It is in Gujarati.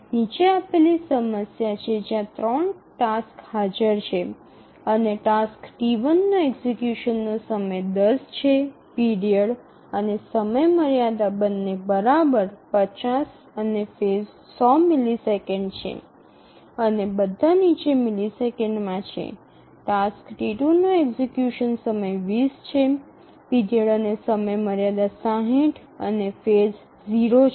નીચે આપેલી સમસ્યા છે જ્યાં 3 ટાસક્સ હાજર છે અને ટાસ્ક T1 નો એક્ઝિકયુશનનો સમય ૧0 છે પીરિયડ અને સમયમર્યાદા બંને બરાબર ૫0 અને ફેઝ ૧00 મિલિસેકંડ છે અને બધા નીચે મિલિસેકંડમાં છે ટાસ્ક T2 નો એક્ઝિકયુશન સમય ૨0 છે પીરિયડ અને સમયમર્યાદા ૬0 અને ફેઝ 0 છે